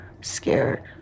scared